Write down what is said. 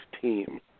team